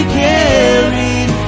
carried